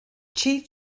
chief